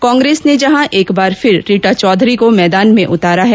कांग्रेस ने जहां एक बार फिर रीटा चौधरी को मैदान में उतारा है